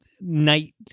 night